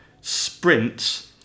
Sprints